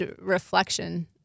reflection